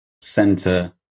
center